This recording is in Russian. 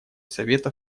совета